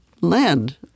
land